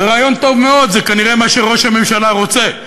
זה רעיון טוב מאוד, זה כנראה מה שראש הממשלה רוצה.